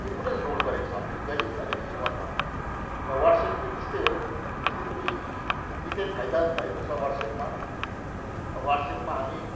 important role गरेको छ हाम्रो दैनिक अहिलेको जीवनमा र व्हाट्सेप पनि त्यस्तै हो यसले पनि निकै फाइदा भएको छ व्हाट्सेपमा अब व्हाट्सेपमा हामी